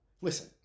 Listen